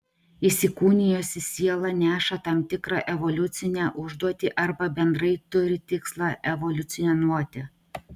įsikūnijusi siela neša tam tikrą evoliucinę užduotį arba bendrai turi tikslą evoliucionuoti